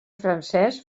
francès